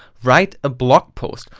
write a blog post,